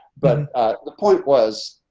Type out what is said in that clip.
but the point was,